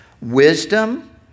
wisdom